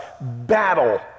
battle